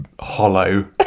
hollow